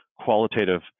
qualitative